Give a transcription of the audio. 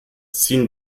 ziehen